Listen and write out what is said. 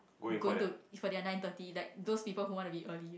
going to for their nine thirty like those people who want to be early